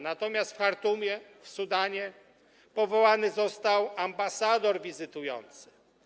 Natomiast w Chartumie w Sudanie powołany został ambasador wizytujący.